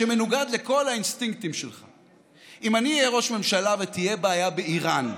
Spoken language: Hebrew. שמנוגד לכל האינסטינקטים שלך: אם אני אהיה ראש ממשלה ותהיה בעיה באיראן,